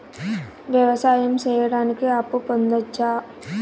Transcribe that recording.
వ్యవసాయం సేయడానికి అప్పు పొందొచ్చా?